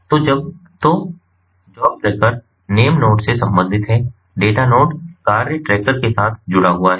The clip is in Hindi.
तो जॉब ट्रैकर नेम नोड से संबंधित है डेटा नोड कार्य ट्रैकर के साथ जुड़ा हुआ है